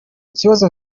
kibazo